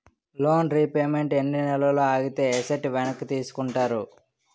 Loan repayment ఎన్ని నెలలు ఆగితే ఎసట్ వెనక్కి తీసుకుంటారు?